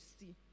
see